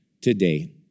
today